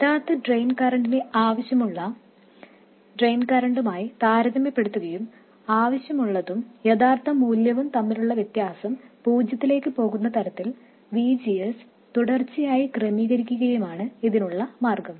യഥാർത്ഥ ഡ്രെയിൻ കറന്റിനെ ആവശ്യമുള്ള ഡ്രെയിൻ കറന്റുമായി താരതമ്യപ്പെടുത്തുകയും ആവശ്യമുള്ളതും യഥാർത്ഥ മൂല്യവും തമ്മിലുള്ള വ്യത്യാസം പൂജ്യത്തിലേക്ക് പോകുന്ന തരത്തിൽ V G S തുടർച്ചയായി ക്രമീകരിക്കുകയുമാണ് ഇതിനുള്ള മാർഗം